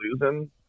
losing